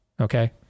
okay